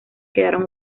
quedaron